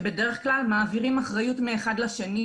ובדרך כלל מעבירים אחריות מאחד לשני,